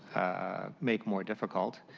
make more difficult.